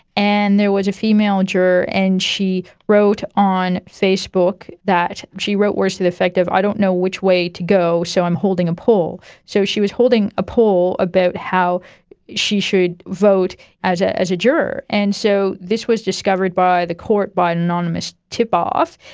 and there was a female female juror and she wrote on facebook that, she wrote words to the effect of i don't know which way to go, so i'm holding a poll'. so she was holding a poll about how she should vote as a as a juror. and so this was discovered by the court by an anonymous tipoff,